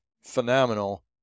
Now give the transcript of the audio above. phenomenal